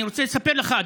אני רוצה לספר לך,